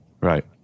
right